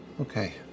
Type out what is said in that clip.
Okay